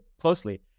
closely